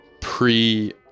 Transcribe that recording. pre